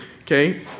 okay